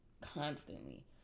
Constantly